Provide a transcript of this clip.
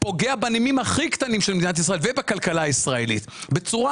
פוגע בנימים הכי קטנים של מדינת ישראל ובכלכלה הישראלית בצורה